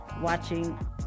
watching